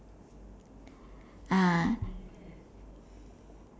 ah